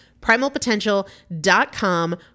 Primalpotential.com